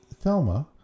Thelma